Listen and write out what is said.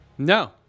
No